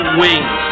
wings